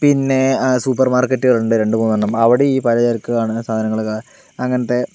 പിന്നെ സൂപ്പർമാർക്കറ്റുകളുണ്ട് രണ്ടുമൂന്നെണം അവിടെ ഈ പലചരക്കാണ് അങ്ങനെ സാധനങ്ങൾ അങ്ങനത്തെ